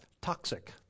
toxic